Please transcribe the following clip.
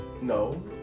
No